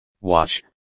watch